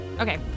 Okay